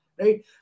Right